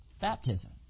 Baptism